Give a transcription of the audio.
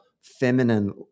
feminine